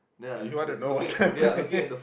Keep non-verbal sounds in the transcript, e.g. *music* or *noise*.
you want to know what time *laughs*